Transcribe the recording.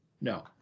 no